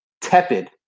tepid